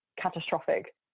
catastrophic